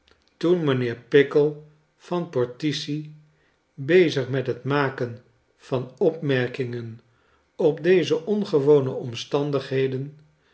r t i c i bezig met het maken van opmerkingen op deze ongewone omstandigheden